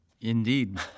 Indeed